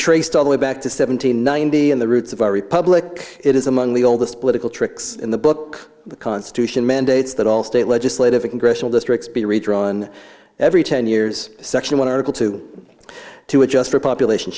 traced all the way back to seventeen ninety in the roots of our republic it is among the oldest political tricks in the book the constitution mandates that all state legislative a congressional districts be redrawn every ten years section one article two to adjust for population